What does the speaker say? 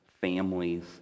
families